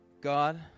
God